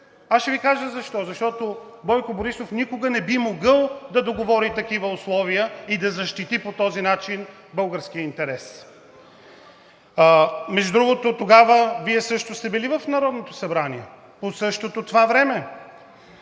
Аз ще Ви кажа защо. Защото Бойко Борисов никога не би могъл да договори такива условия и да защити по този начин българския интерес. Между другото, тогава Вие също сте били в Народното събрание, по същото това време.